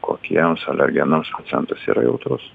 kokiems alergenams pacientas yra jautrus